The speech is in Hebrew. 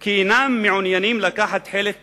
כי הם אינם מעוניינים לקחת חלק בכיבוש,